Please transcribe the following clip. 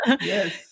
Yes